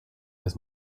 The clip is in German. des